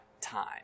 time